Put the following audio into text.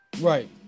right